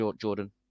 Jordan